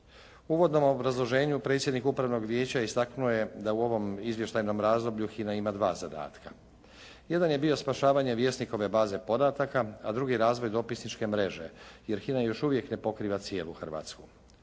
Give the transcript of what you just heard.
uvodnom obrazloženju predsjednik Upravnog vijeća istaknuo je da u ovom izvještajnom razdoblju HINA ima dva zadatka. Jedan je bio spašavanje Vjesnikove baze podataka a drugi razvoj dopisničke mreže jer HINA još uvijek ne pokriva cijelu Hrvatsku.